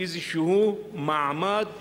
איזה מעמד שמוענק,